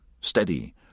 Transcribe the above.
steady